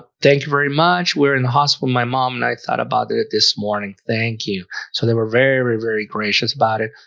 thank you very much. we're in the hospital. my mom nights thought about it this morning. thank you so they were very very gracious about it.